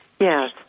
Yes